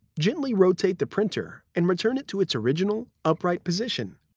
gently rotate the printer and return it to its original, upright position.